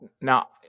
Now